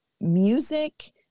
music